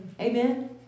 Amen